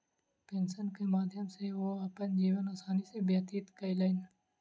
pension के माध्यम सॅ ओ अपन जीवन आसानी सॅ व्यतीत कयलैन